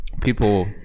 people